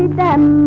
them